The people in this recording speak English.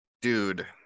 Dude